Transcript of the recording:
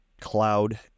cloud